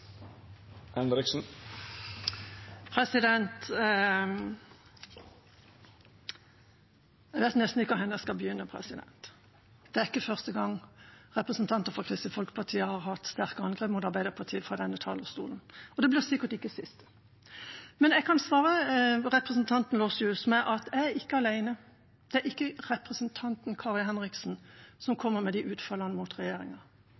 begynne. Det er ikke første gang representanter fra Kristelig Folkeparti har hatt sterke anklager mot Arbeiderpartiet fra denne talerstolen, og det er sikkert ikke den siste. Men jeg kan svare representanten Lossius med at jeg er ikke alene. Det er ikke representanten Kari Henriksen som kommer med de utfallene mot regjeringa.